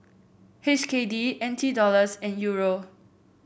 H K D N T Dollars and Euro